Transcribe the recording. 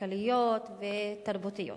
כלכליות ותרבותיות.